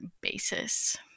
basis